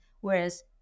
whereas